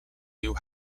new